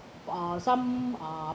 uh some uh